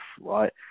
right